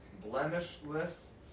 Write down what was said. blemishless